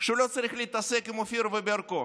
שהוא לא צריך להתעסק עם אופירה וברקו.